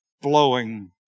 blowing